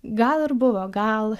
gal ir buvo gal